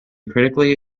critically